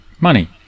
money